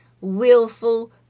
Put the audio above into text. willful